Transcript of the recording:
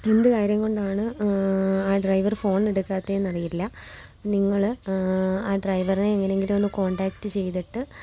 എന്തു കാര്യം കൊണ്ടാണ് ആ ഡ്രൈവർ ഫോൺ എടുക്കാത്തതെന്ന് അറിയില്ല നിങ്ങൾ ആ ഡ്രൈവറെ എങ്ങനെയെങ്കിലും ഒന്നു കോണ്ടാക്ട് ചെയ്തിട്ട്